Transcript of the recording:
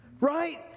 right